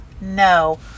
no